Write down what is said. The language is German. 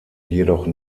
jedoch